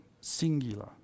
singular